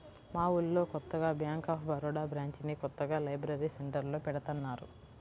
మా ఊళ్ళో కొత్తగా బ్యేంక్ ఆఫ్ బరోడా బ్రాంచిని కొత్తగా లైబ్రరీ సెంటర్లో పెడతన్నారు